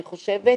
אני חושבת,